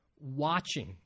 watching